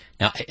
Now